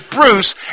Bruce